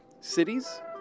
Cities